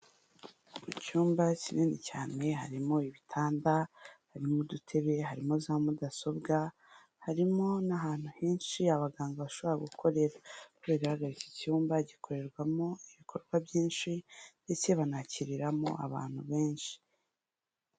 Mu cyumba kinini cyane harimo ibitanda, harimo udutebe, harimo za mudasobwa, harimo n'ahantu henshi abaganga bashobora gukorera, uko bigaragara iki cyumba gikorerwamo ibikorwa byinshi, ndetse banakiriramo abantu benshi.